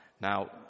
now